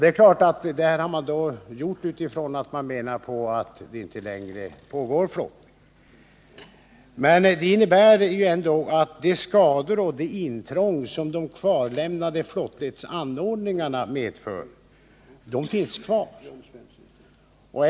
Det är klart att man gjort detta därför att man menar att någon flottning inte längre pågår. Men det innebär att de skador och det intrång som de kvarlämnade flottledsanordningarna medför ändå kvarstår.